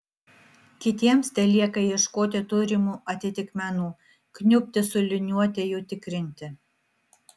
kitiems telieka ieškoti turimų atitikmenų kniubti su liniuote jų tikrinti